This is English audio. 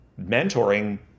mentoring